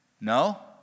No